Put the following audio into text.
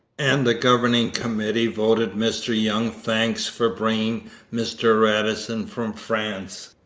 and the governing committee voted mr young thanks for bringing mr radisson from france.